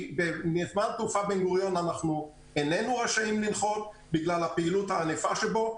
בנמל התעופה בן גוריון אנחנו איננו רשאים לנחות בגלל הפעילות הענפה שבו,